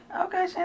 okay